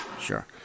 Sure